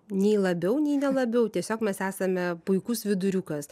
nei labiau nei nelabiau tiesiog mes esame puikus viduriukas